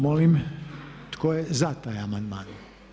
Molim tko je za taj amandman?